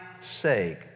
sake